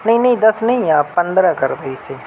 نہیں نہیں دس نہیں آپ پندرہ کر دے اِسے